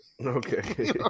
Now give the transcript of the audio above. Okay